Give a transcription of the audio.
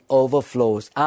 overflows